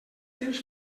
temps